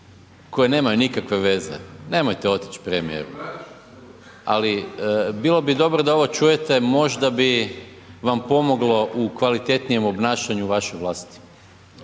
koje nemaju nikakve veze. Nemojte otići premijeru, ali bilo bi dobro da ovo čujete, možda bi vam pomoglo u kvalitetnijem obnašanju vaše vlasti